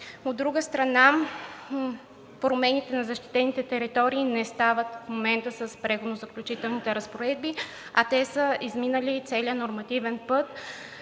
От друга страна, промените на защитените територии не стават в момента с Преходните и заключителните разпоредби, а те са изминали целия нормативен път